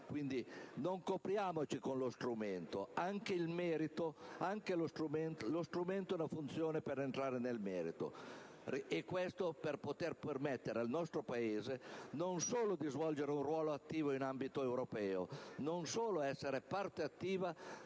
Quindi, non copriamoci con lo strumento: lo strumento è una funzione per entrare nel merito. Questo, per permettere al nostro Paese anzitutto di svolgere un ruolo attivo in ambito europeo ed essere parte attiva